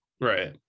Right